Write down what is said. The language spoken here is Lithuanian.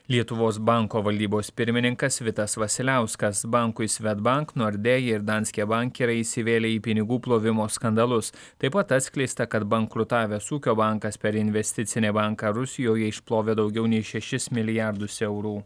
lietuvos banko valdybos pirmininkas vitas vasiliauskas bankui svedbank nordėja ir danske bank yra įsivėlę į pinigų plovimo skandalus taip pat atskleista kad bankrutavęs ūkio bankas per investicinį banką rusijoje išplovė daugiau nei šešis milijardus eurų